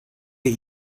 get